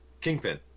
Kingpin